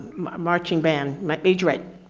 marching band majorette